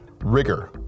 rigor